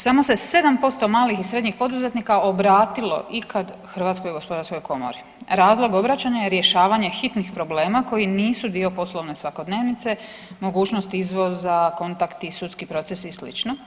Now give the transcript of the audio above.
Samo se 7% malih i srednjih poduzetnika obratilo ikad HGK, razlog obraćanja je rješavanje hitnih problema koji nisu dio poslovne svakodnevnice, mogućnost izvoza, kontakti, sudski procesi i slično.